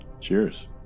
Cheers